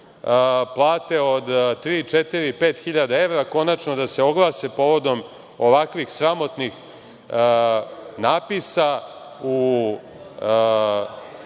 plate od tri, četiri, pet hiljada evra, konačno da se oglase povodom ovakvih sramotnih natpisa u